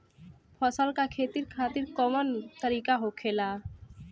फसल का खेती खातिर कवन तरीका होखेला?